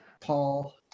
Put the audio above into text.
Paul